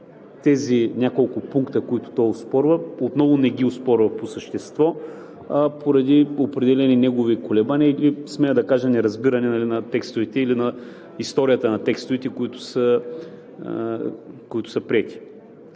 тези няколко пункта, които той оспорва, отново не ги оспорва по същество, а поради определени негови колебания и, смея да кажа, неразбиране на текстовете или на историята на текстовете, които са приети.